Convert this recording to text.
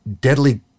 deadly